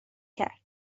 کرد